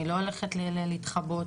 אני לא הולכת להתחבא.